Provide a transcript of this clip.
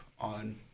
on